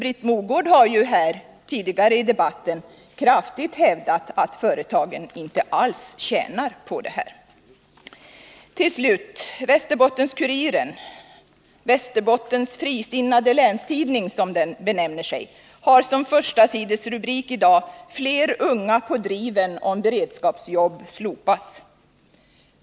Britt Mogård har ju här tidigare i debatten med kraft hävdat att företagen inte alls skulle tjäna på det. Låt mig till slut säga att Västerbottens-Kuriren — eller Västerbottens frisinnade länstidning, som tidningen benämner sig — har som förstasidesrubrik i dag följande: ”Fler unga på driven om beredskapsjobb slopas”.